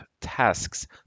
tasks